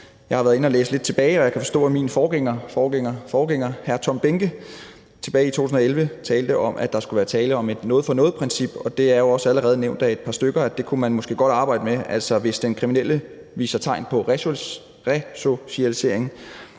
Jeg har været inde at læse på det lidt tilbage i tiden, og jeg kan forstå, at min forgængers forgængers forgænger, hr. Tom Behnke, tilbage i 2011 talte om, at der skulle være tale om et noget for noget-princip. Og det er også allerede nævnt af et par stykker, at man måske kunne arbejde med, at hvis den kriminelle viser tegn på resocialisering,